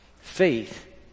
Faith